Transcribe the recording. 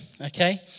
okay